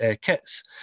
kits